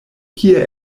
kie